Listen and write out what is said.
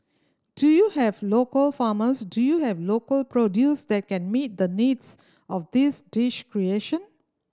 do you have local farmers do you have local produce that can meet the needs of this dish creation